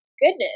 goodness